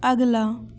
अगला